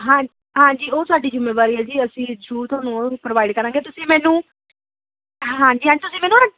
ਹਾ ਹਾਂਜੀ ਉਹ ਸਾਡੀ ਜ਼ਿੰਮੇਵਾਰੀ ਹੈ ਜੀ ਅਸੀਂ ਸ਼ੁਰੂ ਤੋੰ ਤੁਹਾਨੂੰ ਪ੍ਰੋਵਾਈਡ ਕਰਾਂਗੇ ਤੁਸੀਂ ਮੈਨੂੰ ਹਾਂ ਜੀ ਅੱਜ ਤੁਸੀਂ ਮੈਨੂੰ